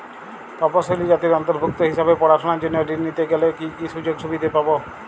তফসিলি জাতির অন্তর্ভুক্ত হিসাবে পড়াশুনার জন্য ঋণ নিতে গেলে কী কী সুযোগ সুবিধে পাব?